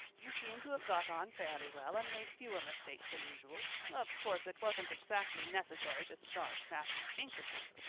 you seem to have got on fairly well and made fewer mistakes than usual. of course it wasn't exactly necessary to starch matthew's handkerchiefs!